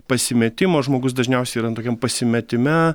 pasimetimo žmogus dažniausiai yra tokiam pasimetime